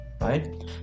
right